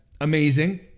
amazing